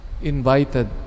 invited